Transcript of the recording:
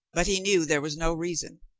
but he knew there was no reason.